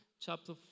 chapter